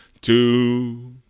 two